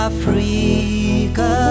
Africa